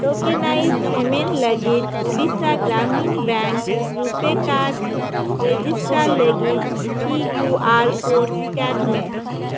tokenise payment ᱞᱟ ᱜᱤᱫ Odisha Gramin bank RuPay card register ᱞᱟᱹᱜᱤᱫ ᱠᱤᱭᱩ ᱟᱨ ᱠᱳᱰ ᱥᱠᱟᱱ ᱢᱮ